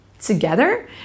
Together